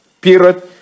period